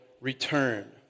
return